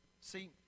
See